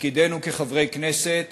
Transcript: ותפקידנו כחברי כנסת